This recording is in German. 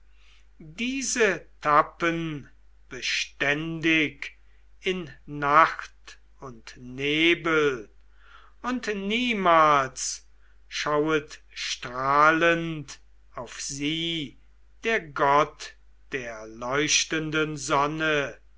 diese tappen beständig in nacht und nebel und niemals schauet strahlend auf sie der gott der leuchtenden sonne